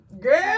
Girl